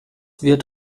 wird